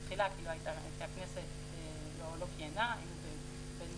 תחילה זה קרה מכיוון שהכנסת לא כיהנה כי היינו בין